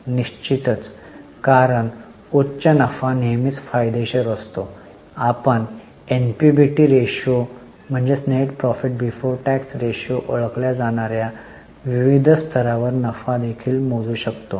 निश्चितच कारण उच्च नफा नेहमीच फायदेशीर असतो आपण एनपीबीटी रेशो म्हणून ओळखल्या जाणार्या करा पूर्वी विविध स्तरावर नफा देखील मोजू शकतो